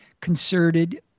concerted